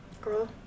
girl